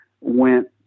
went